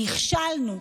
נכשלנו,